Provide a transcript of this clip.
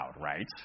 right